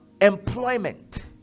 employment